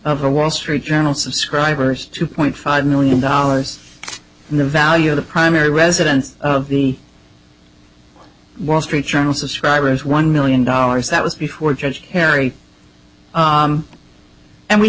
the wall street journal subscribers two point five million dollars in the value of the primary residence of the wall street journal subscribers one million dollars that was before judge perry and we